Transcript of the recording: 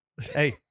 Hey